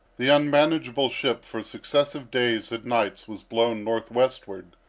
the unmanageable ship, for successive days and nights, was blown northwestward,